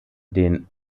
den